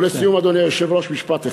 ולסיום, אדוני היושב-ראש, משפט אחד.